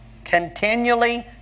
continually